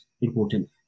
important